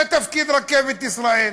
זה תפקיד "רכבת ישראל"